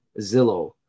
Zillow